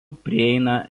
prieina